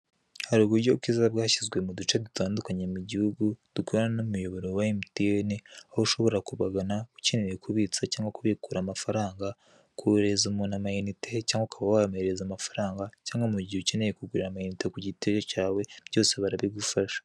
Hari uburyo ubwiza bwashyizwe mu duce dutandukanye mu gihugu dukorana n'imiyoboro wa MTN, aho ushobora kubagana ukeneye kubitsa cyangwa kubikura amafaranga, koherereza umuntu amayinite cyangwa ukaba wamwoherereza amafaranga cyangwa mu gihe ukeneye kugura amayinite ku giti cyawe, byose barabigufasha.